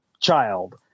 child